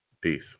Peace